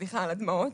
סליחה על הדמעות.